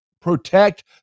protect